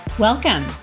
Welcome